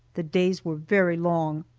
the days were very long.